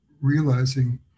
realizing